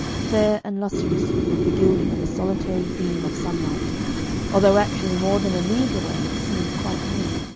fair and lustrous with the gilding of a solitary beam of sunlight although actually more than a league away it seemed quite near.